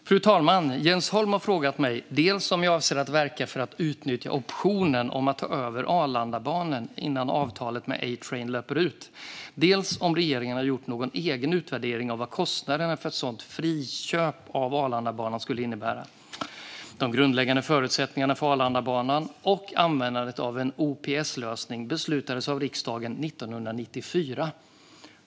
Fru talman! Jens Holm har frågat mig dels om jag avser att verka för att utnyttja optionen om att ta över Arlandabanan innan avtalet med ATrain löper ut, dels om regeringen har gjort någon egen utvärdering av vad kostnaderna för ett sådant friköp av Arlandabanan skulle innebära. De grundläggande förutsättningarna för Arlandabanan och användandet av en OPS-lösning beslutades av riksdagen 1994.